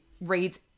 reads